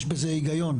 יש בזה היגיון.